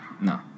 No